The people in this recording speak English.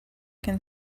can